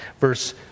verse